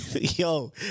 yo